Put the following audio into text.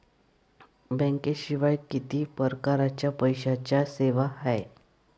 बँकेशिवाय किती परकारच्या पैशांच्या सेवा हाय?